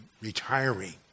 retiring